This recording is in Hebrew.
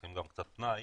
שצריכים גם קצת פנאי,